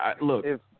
look